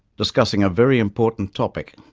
discussing a very important topic.